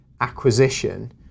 acquisition